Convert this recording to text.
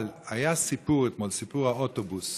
אבל היה סיפור אתמול, סיפור האוטובוס